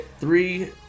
three